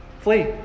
Flee